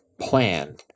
plan